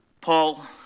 Paul